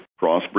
Crossbreed